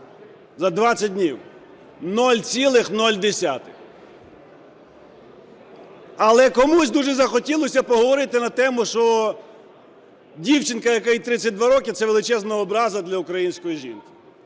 нуль десятих. Але комусь дуже захотілося поговорити на тему, що дівчинка, якій 32 роки, - це величезна образа для української жінки.